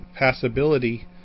passability